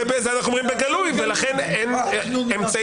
זה אנחנו אומרים בגלוי ולכן אין אמצעי